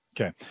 Okay